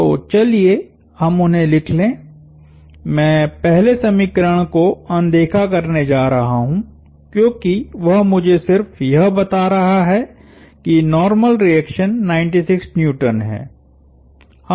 तो चलिए हम उन्हें लिख लें मैं पहले समीकरण को अनदेखा करने जा रहा हूं क्योंकि वह मुझे सिर्फ यह बता रहा है कि नार्मल रिएक्शन 96N है